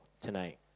tonight